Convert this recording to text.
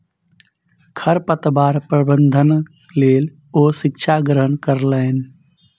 खरपतवार प्रबंधनक लेल ओ शिक्षा ग्रहण कयलैन